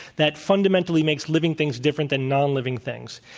that fundamentally makes living things different than nonliving things.